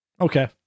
Okay